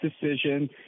decision